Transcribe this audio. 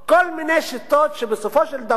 כל מיני שיטות שבסופו של דבר